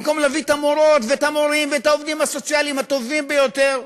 במקום להביא את המורות ואת המורים ואת העובדים הסוציאליים הטובים ביותר,